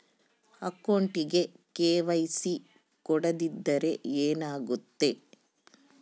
ಅಕೌಂಟಗೆ ಕೆ.ವೈ.ಸಿ ಕೊಡದಿದ್ದರೆ ಏನಾಗುತ್ತೆ?